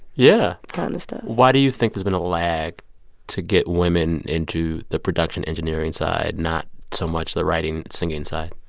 yeah. kind of stuff why do you think there's been a lag to get women into the production engineering side, not so much the writing, singing side?